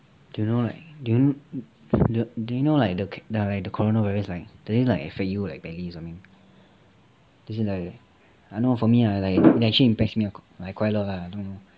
do you know like do you do you know like the like the corona virus like did it like affect you badly or something is it like I don't know for me like it actually impacts me like like quite a lot lah